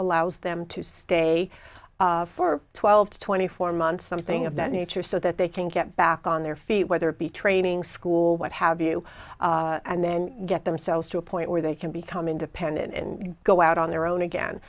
allows them to stay for twelve to twenty four months something of that nature so that they can get back on their feet whether it be training school what have you and then get the sells to a point where they can become independent and go out on their own